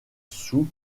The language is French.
sous